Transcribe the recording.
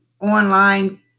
online